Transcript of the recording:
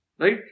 Right